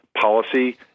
policy